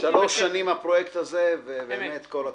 שלוש שנים הפרויקט הזה פועל, ובאמת כל הכבוד.